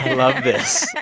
love this.